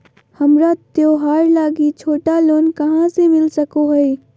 हमरा त्योहार लागि छोटा लोन कहाँ से मिल सको हइ?